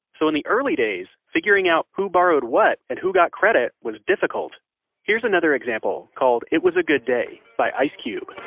so in the early days, figuring out who borrowed what, and who got credit, was difficult here's another example called it was a good day by ice cube